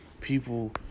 people